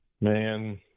Man